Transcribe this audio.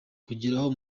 kugeraho